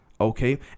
Okay